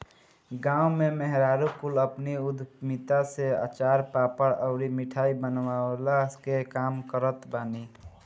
गांव में मेहरारू कुल अपनी उद्यमिता से अचार, पापड़ अउरी मिठाई बनवला के काम करत बानी